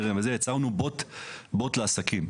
יצרנו בוט (bot) לעסקים.